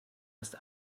ist